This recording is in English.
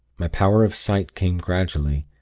my power of sight came gradually,